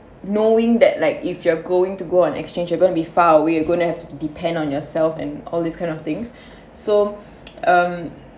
knowing that like if you're going to go on exchange you're going to be far away you're gonna have to depend on yourself and all these kind of things so um